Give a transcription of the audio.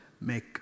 make